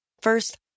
First